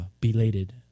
belated